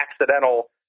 accidental